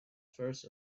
first